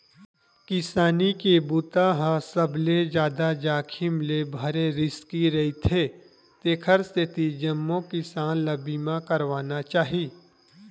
किसानी के बूता ह सबले जादा जाखिम ले भरे रिस्की रईथे तेखर सेती जम्मो किसान ल बीमा करवाना चाही